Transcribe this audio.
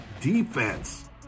defense